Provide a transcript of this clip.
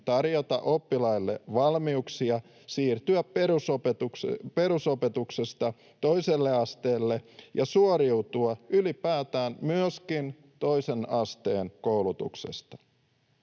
tarjota oppilaille valmiuksia siirtyä perusopetuksesta toiselle asteelle ja suoriutua ylipäätään myöskin toisen asteen koulutuksesta.